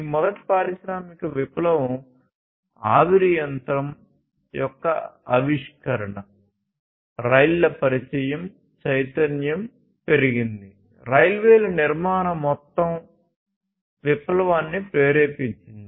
ఈ మొదటి పారిశ్రామిక విప్లవం ఆవిరి యంత్రం యొక్క ఆవిష్కరణ రైళ్ల పరిచయం చైతన్యం పెరిగింది రైల్వేల నిర్మాణం మొత్తం విప్లవాన్ని ప్రేరేపించింది